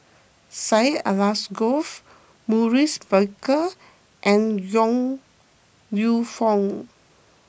Syed Alsagoff Maurice Baker and Yong Lew Foong